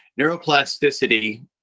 neuroplasticity